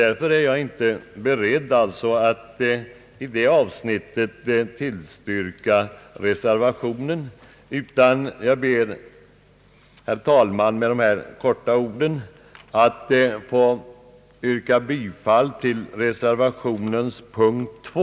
Jag är därför inte beredd att i detta avsnitt yrka bifall till reservationen, utan jag ber, herr talman, att med dessa ord få yrka bifall till reservationens punkt 2.